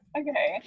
okay